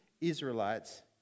Israelites